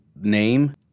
name